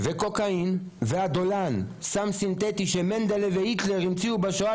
קוקאין ואדולן סם סינתטי שמנדלה והיטלר המציאו בשואה,